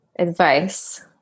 advice